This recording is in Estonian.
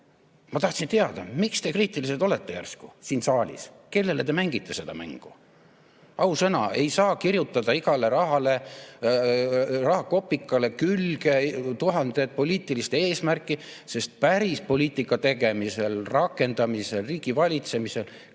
ma tahtsin teada, miks te kriitilised olete järsku siin saalis. Kellele te mängite seda mängu? Ausõna, ei saa kirjutada igale rahale, igale kopikale külge tuhandet poliitilist eesmärki, sest päris poliitika tegemisel, rakendades riigivalitsemise